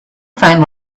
find